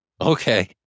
Okay